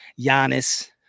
Giannis